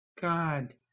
God